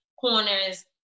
corners